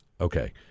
Okay